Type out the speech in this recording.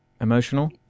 Emotional